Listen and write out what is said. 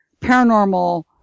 paranormal